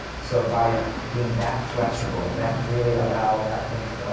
so by being that flexible, that really allowed, i think,